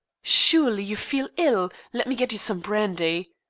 surely, you feel ill? let me get you some brandy.